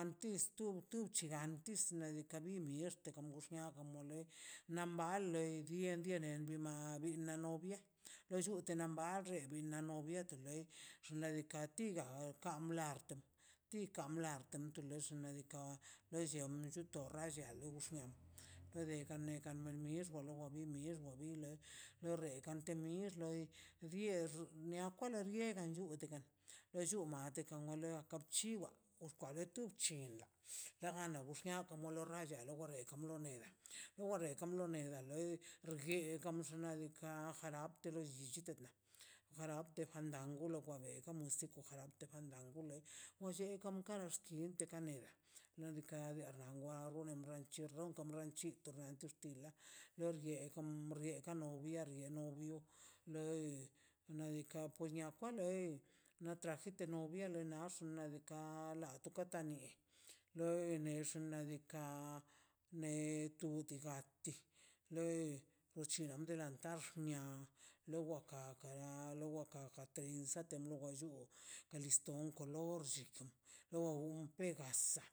antes ti tiu llgantes nadika mix ste kamux lia kamux le na mbale bi bam ni novia loll wete na mbambe ni la novia xnaꞌ diikaꞌ tim bla nadika dam blante nadika lolle namrrato da llialo loxia nekan neka lo mixma lo wa mixma wi lei re kan te le loi xnia kwale nllutekan de llumate we lea chiwa kwa de tub chin xnaꞌ diikaꞌ jalaptera llichitela jalapte fandango lo bia musico jarab fandango le olle karam kara xclienteka nadika wan bia wa bion ranchi ronko nachi oxtila kom rieka nob diari novio loi nadika xnaꞌ kwa lei naꞌ traje te novia axt nadika la ka ta ni loi xnaꞌ diikaꞌ me tu diga lei juchi delantad lueboka kara lueboka katrins sate mogo chu un kolor lli loogo pegasa